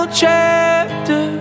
chapter